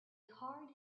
card